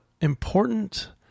important